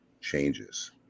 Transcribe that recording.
changes